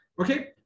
Okay